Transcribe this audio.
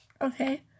okay